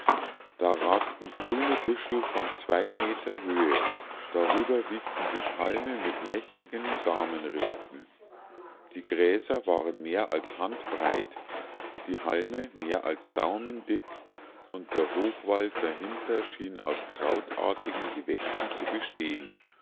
da ragten grüne büschel von zwei meter höhe darüber wiegten sich halme mit mächtigen samenrispen die gräser waren mehr als handbreit die halme mehr als daumendick und der hochwald dahinter schien aus krautartigen gewächsen zu bestehen